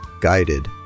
guided